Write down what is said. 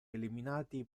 eliminati